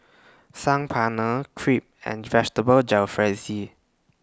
Saag Paneer Crepe and Vegetable Jalfrezi